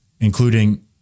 including